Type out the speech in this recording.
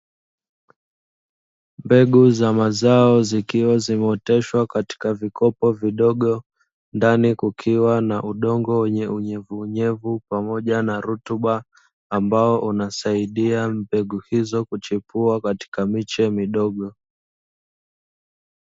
Mbegu za mazao zikiwa zimeoteshwa katika vikopo vidogo, ndani kukiwa na udongo wenye unyevu pamoja na lutuba, ambao unasaidia mbegu hiyo kuchipua katika kiche hiyo.